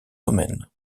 domaine